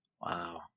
Wow